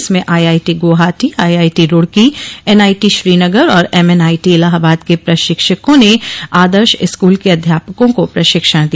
इसमें IIT Guwahati IIT Roorkee NIT Srinagar और MNIT Allahabad के प्रशिक्षकों ने आदर्श स्कूल के अध्यापकों को प्रशिक्षण दिया